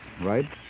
right